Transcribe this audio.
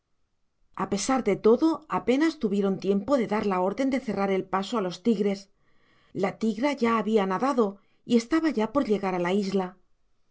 a pesar de todo apenas tuvieron tiempo de dar la orden de cerrar el paso a los tigres la tigra ya había nadado y estaba ya por llegar a la isla